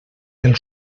pel